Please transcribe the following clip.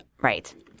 Right